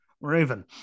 raven